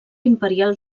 imperial